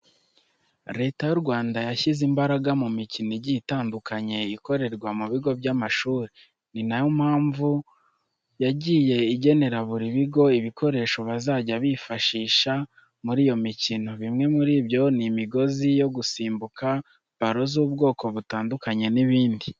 Leta y'u Rwanda yashyize imbaraga mu mikino igiye itandukanye ikorerwa mu bigo by'amashuri. Ni yo mpamvu yagiye igenera buri bigo ibikoresho bazajya bifashisha muri iyo mikino. Bimwe muri byo ni imigozi yo gusimbuka, baro z'ubwoko butandukanye n'ibindi.